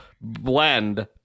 blend